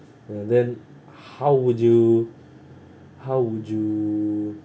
but then how would you how would you